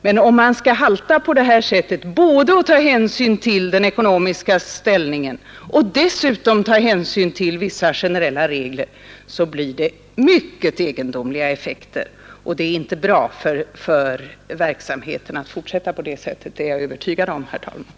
Men om man skall halta på det här sättet, både ta hänsyn till den ekonomiska ställningen och blunda för den, blir det mycket egendomliga effekter. Det är inte bra att fortsätta på det sättet. Det är jag övertygad om, herr talman.